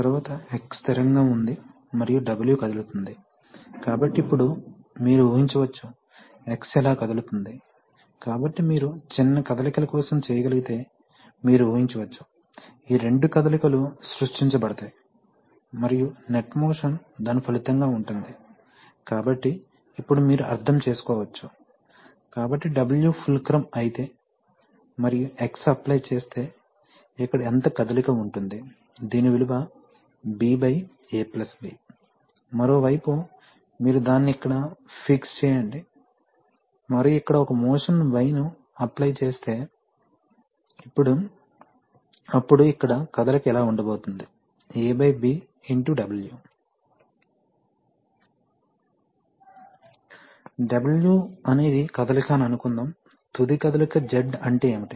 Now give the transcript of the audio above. తరువాత X స్థిరంగా ఉంది మరియు W కదులుతోంది కాబట్టి ఇప్పుడు మీరు ఊహించవచ్చు X ఇలా కదులుతోంది కాబట్టి మీరు చిన్న కదలికల కోసం చేయగలిగితే మీరు ఊహించవచ్చు ఈ రెండు కదలికలు సృష్టించబడతాయి మరియు నెట్ మోషన్ దాని ఫలితంగా ఉంటుంది కాబట్టి ఇప్పుడు మీరు అర్థం చేసుకోవచ్చు కాబట్టి W ఫుల్క్రమ్ అయితే మరియు X అప్లై చేస్తే ఇక్కడ ఎంత కదలిక ఉంటుంది దీని విలువ మరోవైపు మీరు దాన్ని ఇక్కడ ఫిక్స్ చేయండి మరియు ఇక్కడ ఒక మోషన్ Y ను అప్లై చేస్తే అప్పుడు ఇక్కడ కదలిక ఇలా ఉండబోతోంది abw W అనేది కదలిక అని అనుకుందాం తుది కదలిక Z అంటే ఏమిటి